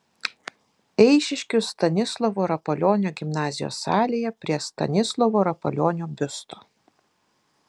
eišiškių stanislovo rapolionio gimnazijos salėje prie stanislovo rapolionio biusto